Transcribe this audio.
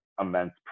immense